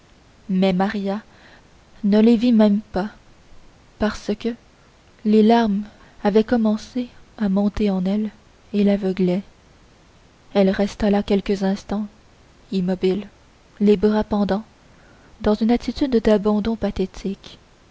mais maria ne les vit même pas parce que les larmes avaient commencé à monter en elle et l'aveuglaient elle resta là quelques instants immobile les bras pendants dans une attitude d'abandon pathétique